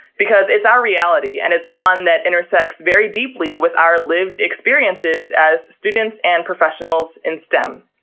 because it's our reality, and it's one that intersects very deeply with our lived experiences as students and professionals in stem.